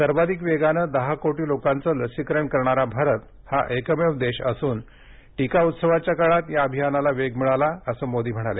सर्वाधिक वेगानं दहा कोटी लोकांचं लसीकरण करणारा भारत हा एकमेव देश असून टीका उत्सवाच्या काळात या अभियानाला वेग मिळाला असं मोदी म्हणाले